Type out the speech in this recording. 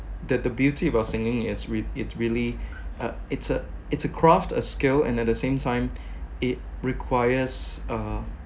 that the beauty about singing is re~ it really uh it's a it's a craft a skill and at the same time it requires uh